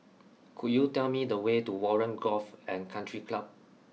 could you tell me the way to Warren Golf and Country Club